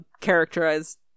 characterized